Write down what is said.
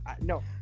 No